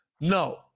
No